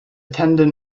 tendon